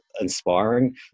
inspiring